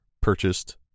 purchased